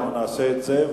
אנחנו נעשה את זה,